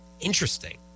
Interesting